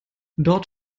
dort